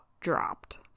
dropped